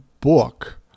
book